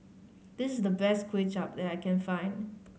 this the best Kuay Chap that I can find